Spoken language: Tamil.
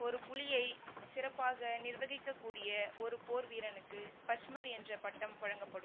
ஒரு புலியை சிறப்பாக நிர்வகிக்கக்கூடிய ஒரு போர் வீரனுக்கு பச்மர் என்ற பட்டம் வழங்கப்படும்